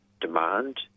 demand